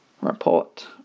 report